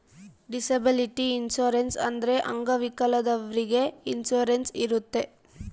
disability insurance ಅಂದ್ರೆ ಅಂಗವಿಕಲದವ್ರಿಗೆ insurance ಇರುತ್ತೆ